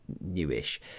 newish